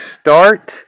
start